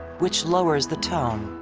which lowers the tone.